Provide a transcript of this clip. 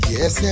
Yes